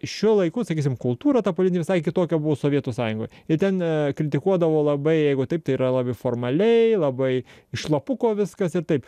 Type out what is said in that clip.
šiuo laiku sakysim kultūra tapo visai kitokia buvo sovietų sąjungoje tai ten kritikuodavo labai jeigu taip tai yra labai formaliai labai iš lapuko viskas ir taip